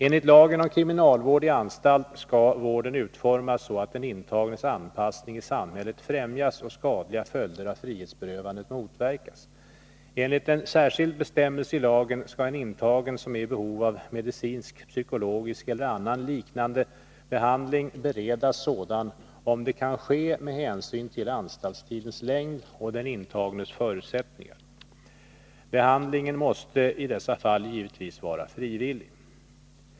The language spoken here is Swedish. Enligt lagen om kriminalvård i anstalt skall vården utformas så, att den intagnes anpassning i samhället främjas och skadliga följder av frihetsberövandet motverkas. Enligt en särskild bestämmelse i lagen skall en intagen som är i behov av medicinsk-psykologisk eller annan liknande behandling beredas sådan, om det kan ske med hänsyn till anstaltstidens längd och den intagnes förutsättningar. Behandlingen måste i dessa fall givetvis vara frivillig.